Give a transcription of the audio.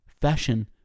fashion